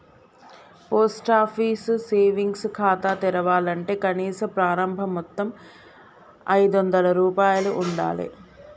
post office savings ఖాతా తెరవాలంటే కనీస ప్రారంభ మొత్తం ఐదొందల రూపాయలు ఉండాలె